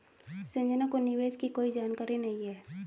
संजना को निवेश की कोई जानकारी नहीं है